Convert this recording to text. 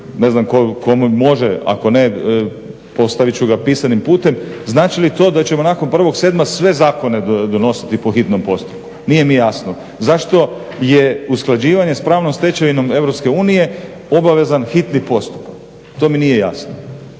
ne znam tko mi može, ako ne postavit ću ga pisanim putem, znači li to da ćemo nakon 1.7.sve zakone donositi po hitnom postupku, nije mi jasno? Zašto je usklađivanje s pravnom stečevinom EU obavezan hitni postupak? To mi nije jasno.